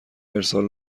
ارسال